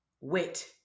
wit